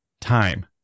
time